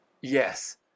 Yes